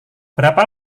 berapa